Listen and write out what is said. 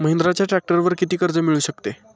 महिंद्राच्या ट्रॅक्टरवर किती कर्ज मिळू शकते?